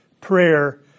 prayer